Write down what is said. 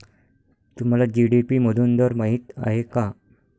तुम्हाला जी.डी.पी मधून दर माहित आहे का?